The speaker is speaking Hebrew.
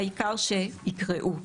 העיקר שיקראו.